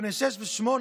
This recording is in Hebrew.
בני שש ושמונה,